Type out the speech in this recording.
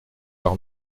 par